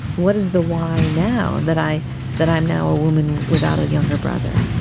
what is the why now that i that i am now a woman without a younger brother,